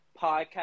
podcast